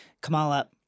Kamala